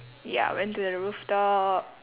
ya went to the rooftop